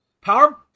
power